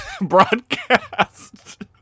broadcast